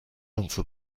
answer